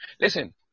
Listen